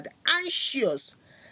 anxious